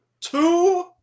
Two